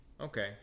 okay